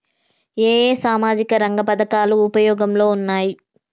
ఏ ఏ సామాజిక రంగ పథకాలు ఉపయోగంలో ఉన్నాయి?